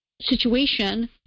situation